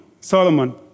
Solomon